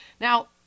Now